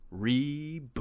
Reboot